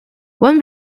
one